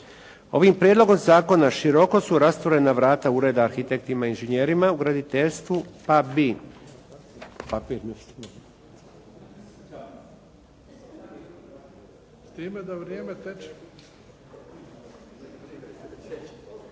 Ovim Prijedlogom zakona široko su rastvorena vrata ureda arhitektima i inženjerima u graditeljstvu pa bi,